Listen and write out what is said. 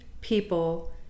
people